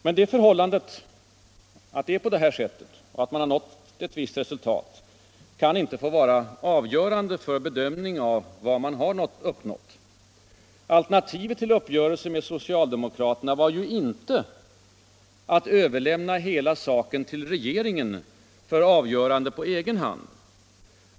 Detta förhållande — att man har nått ett visst resultat — kan emellertid inte få vara avgörande för bedömningen av slutresultatet. Alternativet till uppgörelsen med socialdemokraterna var ju inte att överlämna hela saken till regeringen för avgörande på egen hand.